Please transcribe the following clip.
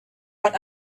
but